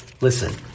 Listen